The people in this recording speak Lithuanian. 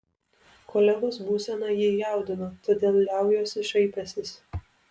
kolegos būsena jį jaudina todėl liaujuosi šaipęsis